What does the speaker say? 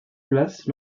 places